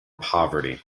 poverty